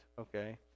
okay